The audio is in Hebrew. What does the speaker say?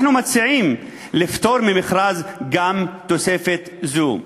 אנחנו מציעים לפטור ממכרז גם תוספת זו.